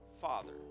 father